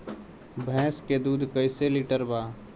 भैंस के दूध कईसे लीटर बा?